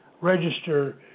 register